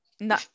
no